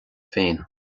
féin